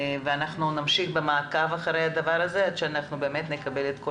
אנחנו נמשיך במעקב אחרי הדבר הזה עד שנקבל את כל